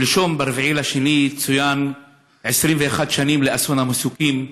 שלשום, ב-2 בפברואר, צוינו 21 שנים לאסון המסוקים,